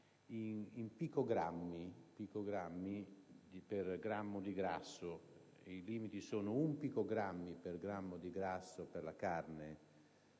in picogrammi per grammo di grasso e sono pari ad un picogrammo per grammo di grasso, per la carne